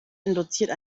induziert